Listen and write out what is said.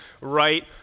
right